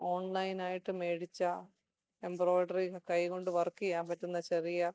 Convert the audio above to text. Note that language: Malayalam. ഓൺലൈനായിട്ട് മേടിച്ച എമ്പ്രോയ്ഡറി കൈ കൊണ്ട് വർക്ക് ചെയ്യാൻ പറ്റുന്ന ചെറിയ